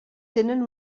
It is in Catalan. tenen